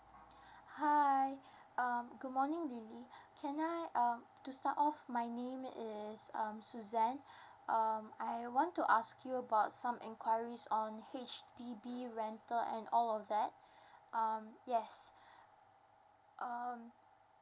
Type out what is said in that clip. hi um good morning lily can I uh to start off my name is um susanne um I want to ask you about some enquiries on H_D_B rental and all of that um yes um